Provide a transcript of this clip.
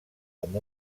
amb